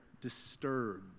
disturbed